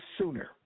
sooner